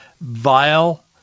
vile